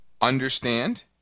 understand